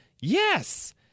Yes